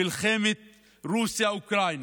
מלחמת רוסיה אוקראינה,